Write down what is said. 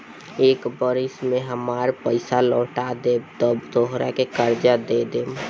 एक बरिस में हामार पइसा लौटा देबऽ त तोहरा के कर्जा दे देम